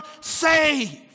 saved